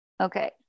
okay